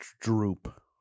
droop